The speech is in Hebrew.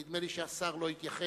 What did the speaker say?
נדמה לי שהשר לא התייחס